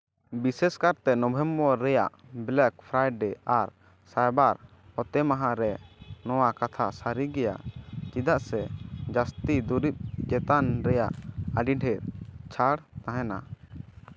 ᱵᱤᱥᱮᱥ ᱠᱟᱭᱛᱮ ᱱᱚᱵᱷᱮᱢᱵᱚᱨ ᱨᱮᱭᱟᱜ ᱵᱞᱮᱠ ᱯᱷᱮᱨᱟᱭᱰᱮ ᱟᱨ ᱥᱟᱭᱵᱟᱨ ᱚᱛᱮ ᱢᱟᱦᱟ ᱨᱮ ᱱᱚᱣᱟ ᱠᱟᱛᱷᱟ ᱥᱟᱹᱨᱤ ᱜᱮᱭᱟ ᱪᱮᱫᱟᱜ ᱥᱮ ᱡᱟᱹᱥᱛᱤ ᱫᱩᱨᱤᱵᱽ ᱪᱮᱛᱟᱱ ᱨᱮᱭᱟᱜ ᱟᱹᱰᱤ ᱰᱷᱮᱨ ᱪᱷᱟᱲ ᱛᱟᱦᱮᱱᱟ